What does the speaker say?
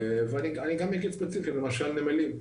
ואני גם אגיד ספציפית, למשל נמלים.